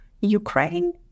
Ukraine